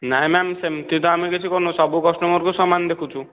ନାହିଁ ମ୍ୟାମ ସେମିତି ତ ଆମେ କିଛି କରୁନାହୁଁ ସବୁ କଷ୍ଟମରଙ୍କୁ ସମାନ ଦେଖୁଛୁ